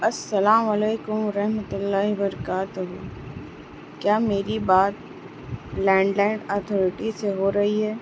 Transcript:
السلام علیکم و رحمت اللہ و برکاتہ کیا میری بات لینڈ لائن اتھارٹی سے ہو رہی ہے